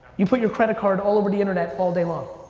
you put your credit card all over the internet all day long.